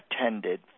attended